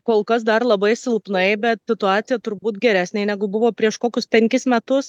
kol kas dar labai silpnai bet situacija turbūt geresnė negu buvo prieš kokius penkis metus